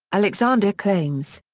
alexander claims.